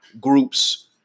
groups